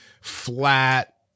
flat